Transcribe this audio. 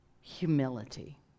humility